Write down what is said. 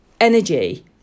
energy